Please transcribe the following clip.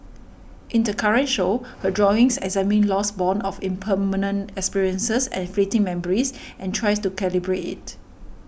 in the current show her drawings examine loss borne of impermanent experiences and fleeting memories and tries to calibrate it